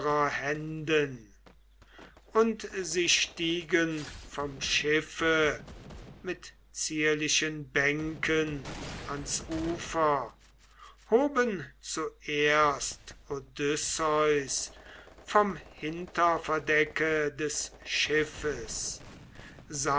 händen und sie stiegen vom schiffe mit zierlichen bänken ans ufer hoben zuerst odysseus vom hinterverdecke des schiffes